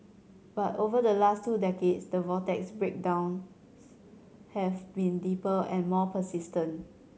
but over the last two decades the vortex's breakdowns have been deeper and more persistent